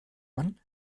man